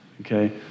Okay